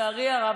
לצערי הרב,